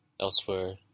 elsewhere